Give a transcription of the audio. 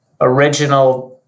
original